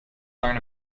learn